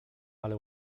ale